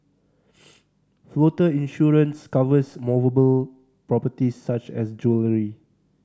floater insurance covers movable properties such as jewellery